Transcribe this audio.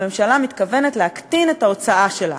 הממשלה מתכוונת להקטין את ההוצאה שלה,